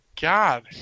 god